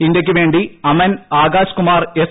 ഇന്ത്യയ്ക്കു വേണ്ടി അമൻ ആകാശ്കുമാർ എസ്